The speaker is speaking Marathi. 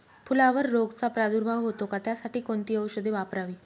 फुलावर रोगचा प्रादुर्भाव होतो का? त्यासाठी कोणती औषधे वापरावी?